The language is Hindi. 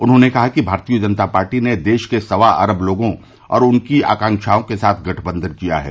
उन्होंने कहा कि भारतीय जनता पार्टी ने देश के सवा अरब लोगों और उनकी आकांक्षाओं के साथ गठबंधन किया है